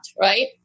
right